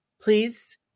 Please